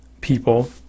people